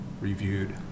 reviewed